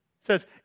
says